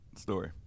Story